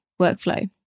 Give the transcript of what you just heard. workflow